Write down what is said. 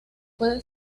puede